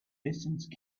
distance